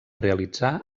realitzar